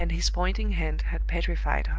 and his pointing hand had petrified her.